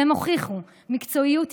והם הוכיחו מקצועיות,